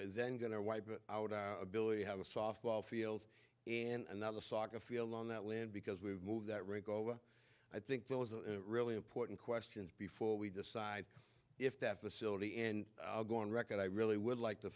we're then going to wipe out our ability to have a softball field and another soccer field on that land because we've moved that rink over i think that was a really important questions before we decide if that facility and i'll go on record i really would like t